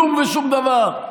כלום ושום דבר.